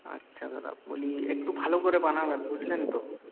আচ্ছা দাদা বলি একটু ভালো করে বানাবেন বুঝলেন তো